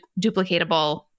duplicatable